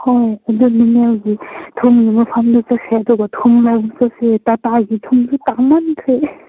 ꯍꯣꯏ ꯑꯗꯨ ꯊꯨꯝꯒꯤ ꯃꯐꯝꯗꯨ ꯆꯠꯁꯦ ꯑꯗꯨꯒ ꯊꯨꯝ ꯂꯧꯕ ꯆꯠꯁꯦ ꯇꯥꯇꯥꯒꯤ ꯊꯨꯝꯗꯨ ꯇꯥꯡꯃꯟꯈ꯭ꯔꯦ